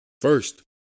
First